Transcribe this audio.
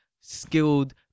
skilled